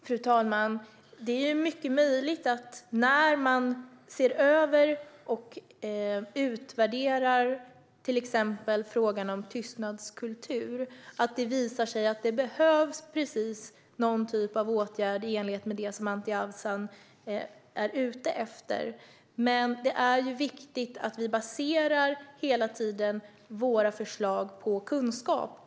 Fru talman! När man ser över och utvärderar till exempel frågan om tystnadskultur är det mycket möjligt att det visar sig att det behövs någon typ av åtgärd i enlighet med det som Anti Avsan är ute efter. Men det är viktigt att vi hela tiden baserar våra förslag på kunskap.